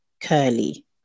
curly